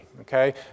okay